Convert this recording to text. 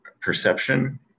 perception